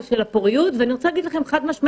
הפוריות ואני רוצה להגיד שכשמשכנעים